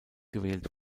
gewählt